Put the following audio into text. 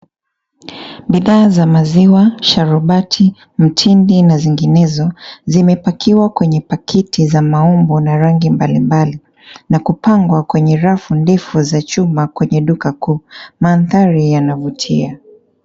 Bidhaa za maziwa, sharubati, mtindi na zinginezo zimepakiwa kwenye pakiti za maumbo na rangi mbalimbali na kupangwa kwenye rafu ndefu za chuma kwenye duka kuu. Mandhari yanavutia.